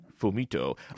Fumito